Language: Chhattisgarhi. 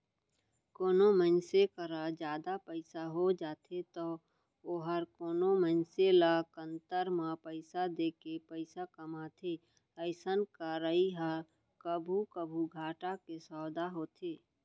कोनो मनसे करा जादा पइसा हो जाथे तौ वोहर कोनो मनसे ल कन्तर म पइसा देके पइसा कमाथे अइसन करई ह कभू कभू घाटा के सौंदा होथे